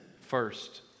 first